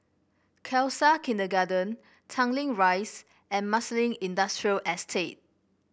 Khalsa Kindergarten Tanglin Rise and Marsiling Industrial Estate